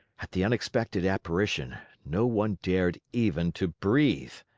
at the unexpected apparition, no one dared even to breathe.